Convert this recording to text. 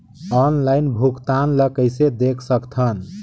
Online भुगतान ल कइसे देख सकथन?